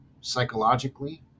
psychologically